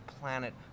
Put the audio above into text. planet